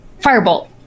Firebolt